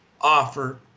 offer